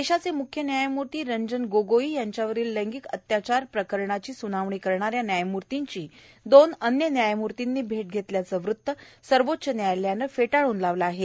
देशाचे म्ख्य न्यायम्ती रंजन गोगोई यांच्यावरील लैंगिक अत्याचार प्रकरणाची सुनावणी करणा या न्यायम्तींची दोन अन्य न्यायम्तींनी भेट घेतल्याचं वृत्त सर्वोच्च न्यायालयानं फेटाळून लावलं आहे